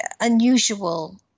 unusual